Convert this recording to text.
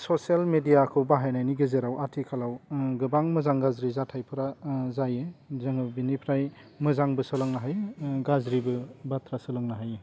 social मेडियाखौ बाहायनायनि गेजेराव आथिखालाव गोबां मोजां गाज्रि जाथायफोरा जायो जोङो बेनिफ्राय मोजांबो सोलोंनो हायो गाज्रिबो बाथ्रा सोलोंनो हायो